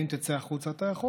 ואם תצא החוצה אתה יכול,